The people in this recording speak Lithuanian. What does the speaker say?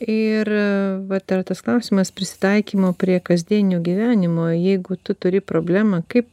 ir va dar tas klausimas prisitaikymo prie kasdienio gyvenimo jeigu tu turi problemą kaip